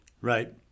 right